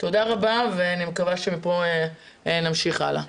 תודה רבה ואני מקווה שמפה נמשיך הלאה.